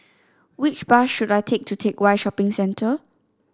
which bus should I take to Teck Whye Shopping Centre